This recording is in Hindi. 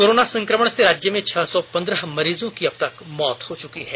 कोरोना संकमण से राज्य में छह सौ पंद्रह मरीजों की अब तक मौत हो चुकी है